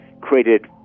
created